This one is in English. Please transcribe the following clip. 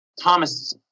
Thomas